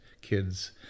kids